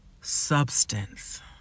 substance